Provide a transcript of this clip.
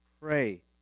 pray